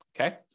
okay